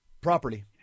Property